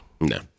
No